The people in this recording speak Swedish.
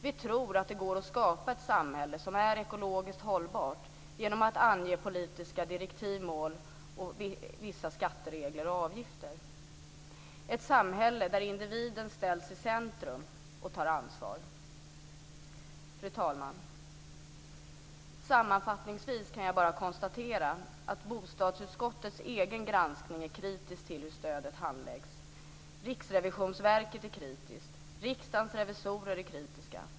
Vi tror att det går att skapa ett samhälle som är ekologiskt hållbart genom att ange politiska direktiv, mål, vissa skatteregler och avgifter - ett samhälle där individen ställs i centrum och tar ansvar. Fru talman! Sammanfattningsvis kan jag bara konstatera att bostadsutskottets egen granskning är kritisk till hur stödet handläggs. Riksrevisionsverket är kritiskt. Riksdagens revisorer är kritiska.